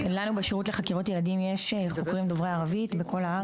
בשירות לחקירות ילדים יש חוקרים דוברי ערבית בכל הארץ.